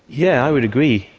yeah i would agree.